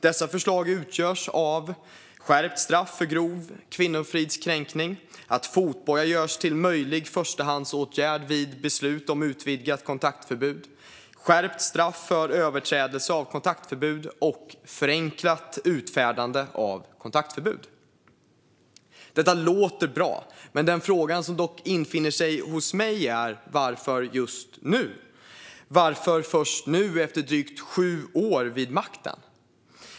Dessa förslag utgörs av skärpt straff för grov kvinnofridskränkning, att fotboja görs till möjlig förstahandsåtgärd vid beslut om utvidgat kontaktförbud, skärpt straff för överträdelse av kontaktförbud och förenklat utfärdande av kontaktförbud. Detta låter bra, men den fråga som infinner sig hos mig är: Varför just nu? Varför först nu, efter drygt sju år vid makten?